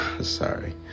Sorry